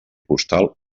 postal